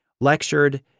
lectured